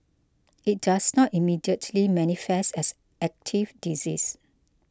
it does not immediately manifest as active disease